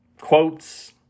quotes